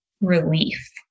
relief